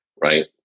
right